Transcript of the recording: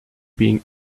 being